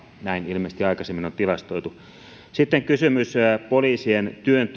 näin ilmeisesti aikaisemmin on tilastoitu sitten kysymys poliisien työn